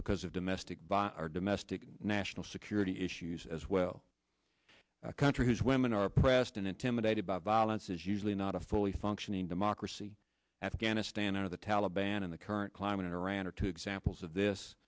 because of domestic violence are domestic national security issues as well a country whose women are oppressed and intimidated by violence is usually not a fully functioning democracy afghanistan under the taliban in the current climate in iran are two examples of this